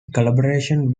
collaboration